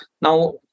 Now